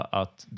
att